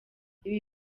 ibi